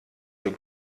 dem